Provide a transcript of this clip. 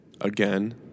again